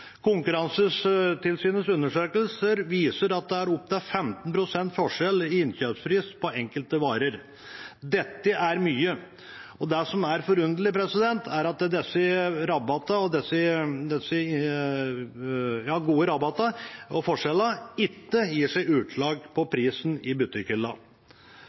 Konkurransetilsynets undersøkelser viser at det er opp til 15 pst. forskjell i innkjøpspris på enkelte varer. Det er mye. Det som er forunderlig, er at disse gode rabattene og forskjellene ikke gir seg utslag på prisen i